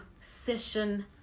session